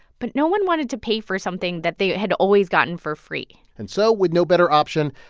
but no one wanted to pay for something that they had always gotten for free and so with no better option,